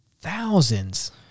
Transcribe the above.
thousands